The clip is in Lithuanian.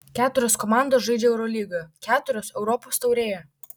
keturios komandos žaidžia eurolygoje keturios europos taurėje